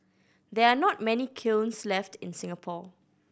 there are not many kilns left in Singapore